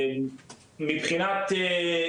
מבחינת,